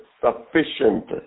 sufficient